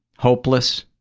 hopeless.